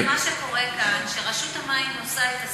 בעצם מה שקורה כאן, רשות המים עושה את הסקר.